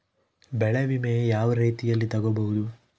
ಬೆಳೆ ವಿಮೆ ಯಾವ ರೇತಿಯಲ್ಲಿ ತಗಬಹುದು?